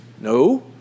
No